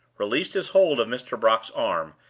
released his hold of mr. brock's arm,